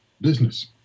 business